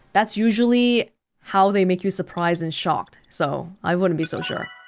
that's usually how they make you surprised and shocked, so i wouldn't be so sure